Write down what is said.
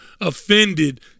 offended –